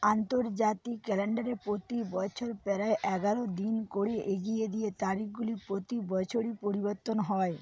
আন্তর্জাতিক ক্যালেণ্ডারে প্রতি বছর প্রায় এগারো দিন করে এগিয়ে দিয়ে তারিখগুলি প্রতি বছরই পরিবর্তন হয়